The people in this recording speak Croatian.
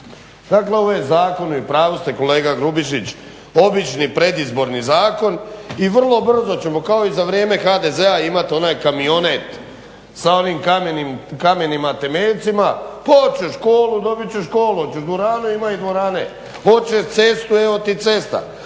Dakle ovo je zakon i u pravu ste kolega Grubišić, obični predizborni zakon i vrlo brzo ćemo kao i za vrijeme HDZ-a imat onaj kamionet sa onim kamenima temeljcima, pa hoće školu dobit će školu, hoćeš dvoranu ima i dvorene, hoće cestu evo ti cesta,